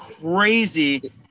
crazy